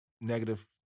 negative